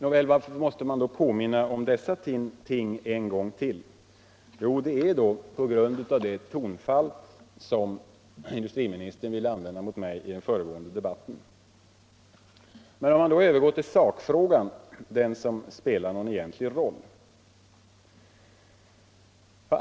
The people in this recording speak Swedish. Att man måste påminna om dessa ting en gång till beror på det tonfall som industriministern ville använda mot mig i den föregående debatten. Låt oss då övergå till sakfrågan — den som spelar någon egentlig roll.